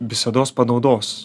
visados panaudos